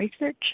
Research